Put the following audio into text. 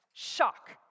Shock